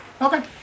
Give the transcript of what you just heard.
Okay